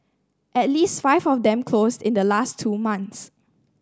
at least five of them closed in the last two months